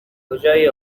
کجای